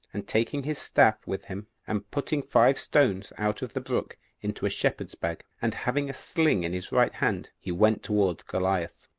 and taking his staff with him, and putting five stones out of the brook into a shepherd's bag, and having a sling in his right hand, he went towards goliath.